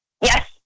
Yes